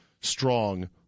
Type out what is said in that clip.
strong